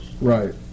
Right